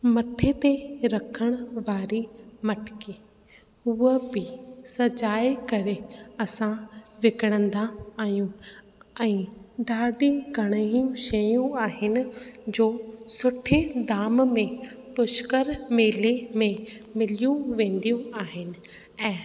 मथे ते रखण वारी मटकी उहा बि सजाए करे असां विकिणंदा आहियूं ऐं ॾाढी घणेई शयूं आहिनि जो सुठे दाम में पुष्कर मेले में मिलियूं वेंदियूं आहिनि ऐं